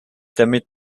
damit